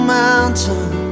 mountain